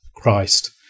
Christ